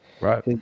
Right